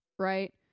right